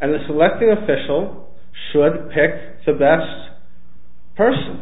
and the selected official should pick the best person